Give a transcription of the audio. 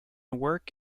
work